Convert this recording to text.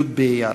י' באייר.